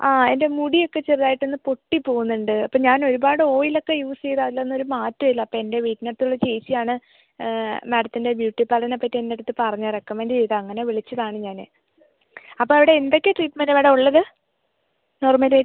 ആ എൻ്റെ മുടിയൊക്കെ ചെറുതായിട്ട് ഒന്ന് പൊട്ടിപ്പോകുന്നുണ്ട് അപ്പോള് ഞാൻ ഒരുപാട് ഓയിൽ ഒക്കെ യൂസ് ചെയ്തു അതിൽ ഒന്നും ഒരു മാറ്റവും ഇല്ല അപ്പോള് എൻ്റെ വീട്ടിനടുത്തുള്ള ചേച്ചി ആണ് മാഡത്തിൻ്റെ ബ്യൂട്ടി പാർലറിനെപ്പറ്റി എൻ്റെ അടുത്ത് പറഞ്ഞ് റെക്കമൻഡ് ചെയ്തത് അങ്ങനെ വിളിച്ചതാണ് ഞാന് അപ്പോള് അവിടെ എന്തൊക്കെ ട്രീറ്റ്മെൻറ്റുകളാണ് ഉള്ളത് നോർമല്